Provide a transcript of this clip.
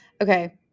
okay